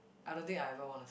I don't think I ever wanna see